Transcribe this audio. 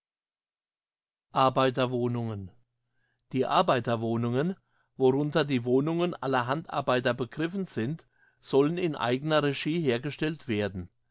arbeiterwohnungen die arbeiterwohnungen worunter die wohnungen aller handarbeiter begriffen sind sollen in eigener regie hergestellt werden